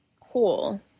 cool